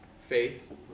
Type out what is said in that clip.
faith